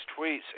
tweets